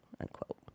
Unquote